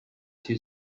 two